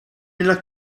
nella